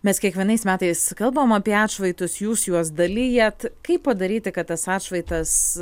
mes kiekvienais metais kalbam apie atšvaitus jūs juos dalijat kaip padaryti kad tas atšvaitas